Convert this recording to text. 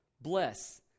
bless